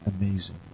amazing